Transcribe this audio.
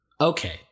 Okay